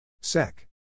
Sec